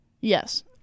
yes